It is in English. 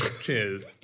Cheers